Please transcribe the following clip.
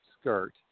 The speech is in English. skirt